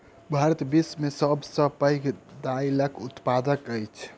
भारत विश्व में सब सॅ पैघ दाइलक उत्पादक अछि